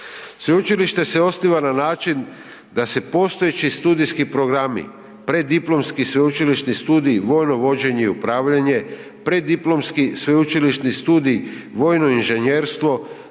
Sveučilište se osniva na način da se postojeći studijski programi preddiplomski sveučilišni studij vojno vođenje i upravljanje, preddiplomski sveučilišni studij vojno inženjerstvo,